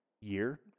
year